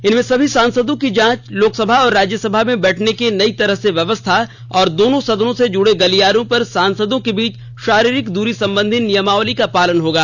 इनमें सभी सांसदों की जांच लोकसभा और राज्यसभा में बैठने की नई तरह से व्यवस्था और दोनों सदनों से जुड़े गलियारों पर सांसदों के बीच शारीरिक दूरी संबंधी नियमावली का पालन होगा